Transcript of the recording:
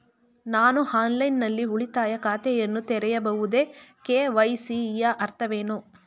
ನಾನು ಆನ್ಲೈನ್ ನಲ್ಲಿ ಉಳಿತಾಯ ಖಾತೆಯನ್ನು ತೆರೆಯಬಹುದೇ? ಕೆ.ವೈ.ಸಿ ಯ ಅರ್ಥವೇನು?